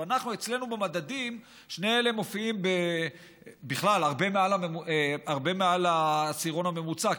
אצלנו במדדים שני אלה מופיעים בכלל הרבה מעל לעשירון הממוצע,